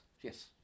Yes